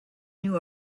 new